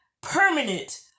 permanent